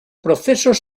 procesos